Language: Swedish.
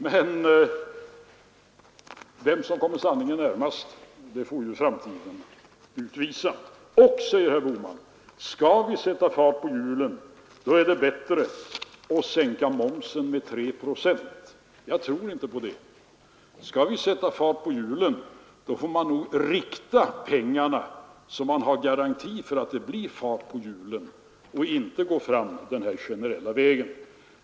Men vem som kommer sanningen närmast får framtiden utvisa. Skall vi sätta fart på hjulen, säger herr Bohman, är det bättre att sänka momsen med tre procent. Jag tror inte på det. Skall vi sätta fart på hjulen får vi nog rikta pengarna — så att vi har garanti för att det blir fart på dem — och inte gå fram den här generella vägen.